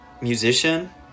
musician